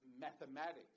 mathematics